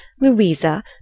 Louisa